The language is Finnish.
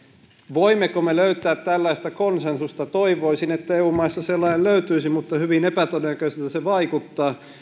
voimmeko me löytää tällaista konsensusta toivoisin että eu maissa sellainen löytyisi mutta hyvin epätodennäköiseltä se vaikuttaa